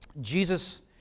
Jesus